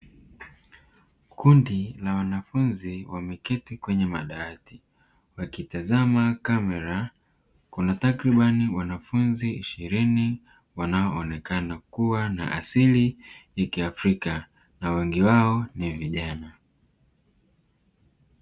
Kundi la wanafunzi wameketi kwenye madawati wakitazama kamera, kuna takribani ya wanafunzi ishirini wanaonekana kuwa na asili ya kiafrika na wengi wao ni vijana.